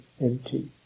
empty